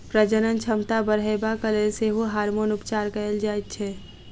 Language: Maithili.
प्रजनन क्षमता बढ़यबाक लेल सेहो हार्मोन उपचार कयल जाइत छै